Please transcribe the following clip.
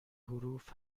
حروف